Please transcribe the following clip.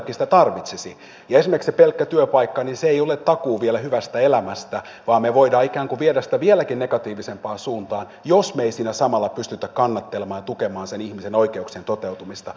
ja esimerkiksi se pelkkä työpaikka ei ole takuu vielä hyvästä elämästä vaan me voimme ikään kuin viedä sitä vieläkin negatiivisempaan suuntaan jos me emme siinä samalla pysty kannattelemaan ja tukemaan sen ihmisen oikeuksien toteutumista